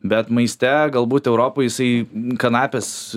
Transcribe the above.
bet maiste galbūt europoj jisai kanapės